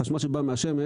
החשמל שבא מהשמש